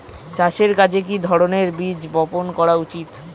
চাষের কাজে কি ধরনের বীজ বপন করা উচিৎ?